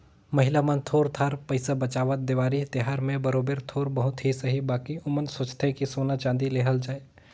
महिला मन थोर थार पइसा बंचावत, देवारी तिहार में बरोबेर थोर बहुत ही सही बकि ओमन सोंचथें कि सोना चाँदी लेहल जाए